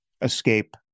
escape